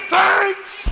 thanks